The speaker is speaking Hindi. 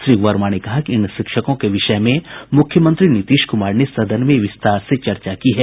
श्री वर्मा ने कहा कि इन शिक्षकों के विषय में मुख्यमंत्री नीतीश कुमार ने सदन में विस्तार से चर्चा की है